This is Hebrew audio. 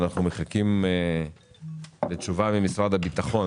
ואנחנו מחכים לתשובה ממשרד הביטחון,